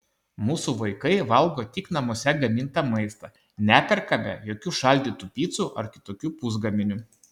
mūsų vaikai valgo tik namuose gamintą maistą neperkame jokių šaldytų picų ar kitokių pusgaminių